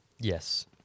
Yes